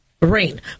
rain